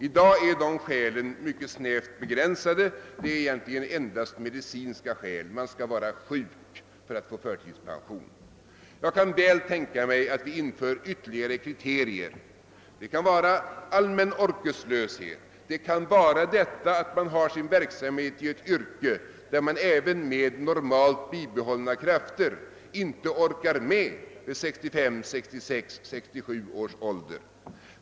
I dag är de skälen mycket snävt begränsade. Det är egentligen endast medicinska skäl som gäller — man skall vara sjuk för att få förtidspension. Jag kan väl tänka mig att vi inför ytterligare kriterier. Det kan vara allmän orkeslöshet; man kan ha sin verksamhet i ett yrke, där man även med normalt bibehållna krafter inte orkar med vid 65, 66 eller 67 års ålder.